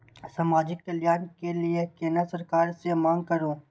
समाजिक कल्याण के लीऐ केना सरकार से मांग करु?